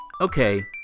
okay